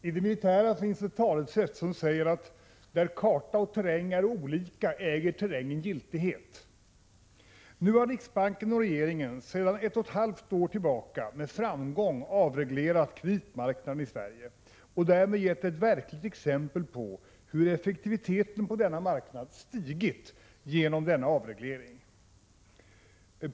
Herr talman! I det militära finns ett talesätt som säger att där karta och terräng är olika äger terrängen giltighet. Nu har riksbanken och regeringen sedan ett och ett halvt år med framgång avreglerat kreditmarknaden i Sverige och därmed gett ett verkligt exempel på hur effektiviteten på denna marknad stigit genom denna avreglering.